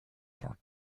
for